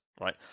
right